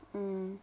mm